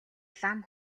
лам